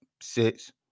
six